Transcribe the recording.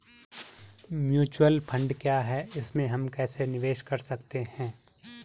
Mutual fund क्या है इसमें हम कैसे निवेश कर सकते हैं?